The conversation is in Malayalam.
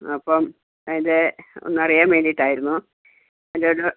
അപ്പോൾ അതിൻ്റെ ഒന്നറിയാൻ വേണ്ടിയിട്ടായിരുന്നു അതിൻ്റെ ഒരു